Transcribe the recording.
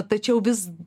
tačiau vis